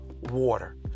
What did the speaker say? water